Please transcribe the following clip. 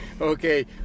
Okay